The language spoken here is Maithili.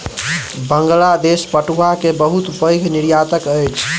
बांग्लादेश पटुआ के बहुत पैघ निर्यातक अछि